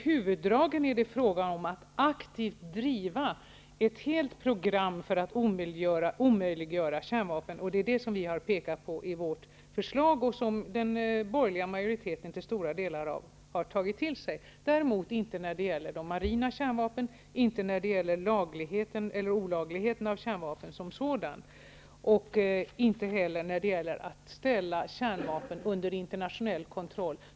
Huvuddragen går ut på att aktivt driva ett helt program för att omöjliggöra kärnvapen. Det är det vi har pekat på i vårt förslag, som den borgerliga majoriteten till stora delar har tagit till sig. Man har dock inte tagit det till sig när det gäller de marina kärnvapnen, kärnvapnens olaglighet som sådan, och inte heller när det gäller att ställa kärnvapen under internationell kontroll.